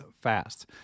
fast